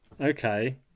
Okay